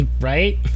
right